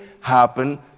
happen